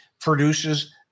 produces